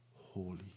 holy